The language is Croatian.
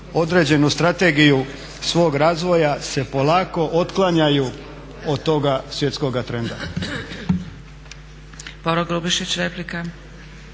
određenu strategiju svog razvoja se polako otklanjaju od toga svjetskoga trenda.